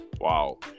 Wow